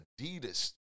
Adidas